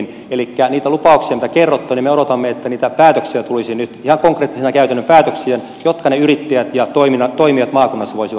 elikkä koskien niitä lupauksia mitä kerrotte me odotamme että niitä päätöksiä tulisi nyt ihan konkreettisina käytännön päätöksinä jotka ne yrittäjät ja toimijat maakunnassa voisivat noteerata